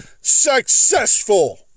successful